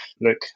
Look